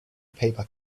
paper